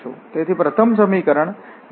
તેથી પ્રથમ સમીકરણ ∂f∂x2xy છે